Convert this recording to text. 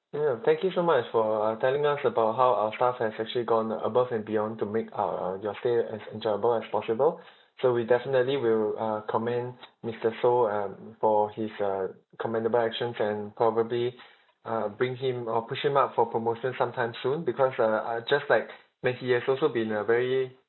madam thank you so much for uh telling us about how our staff has actually gone above and beyond to make uh uh your stay as enjoyable as possible so we definitely will uh commend mister sow um for his uh commendable actions and probably uh bring him or push him up for promotion sometime soon because uh uh just like when he has also been a very